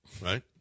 right